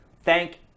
thank